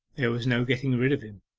there was no getting rid of him.